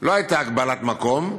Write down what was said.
לא הייתה הגבלת מקום,